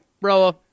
bro